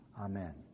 Amen